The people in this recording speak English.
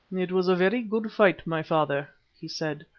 it was a very good fight, my father, he said.